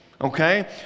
Okay